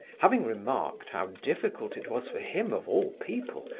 having remarked how difficult it was for him, of all people,